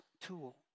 tool